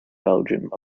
belgium